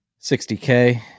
60K